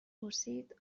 پرسید